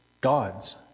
gods